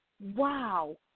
Wow